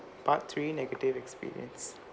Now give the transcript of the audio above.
part three negative experience